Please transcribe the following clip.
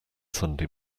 sunday